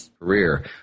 career